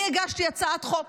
אני הגשתי הצעת חוק